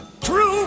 True